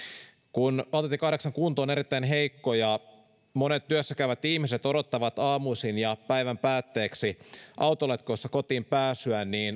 kun valtatie kahdeksan kunto on erittäin heikko ja monet työssä käyvät ihmiset odottavat aamuisin ja päivän päätteeksi autoletkoissa kotiin pääsyä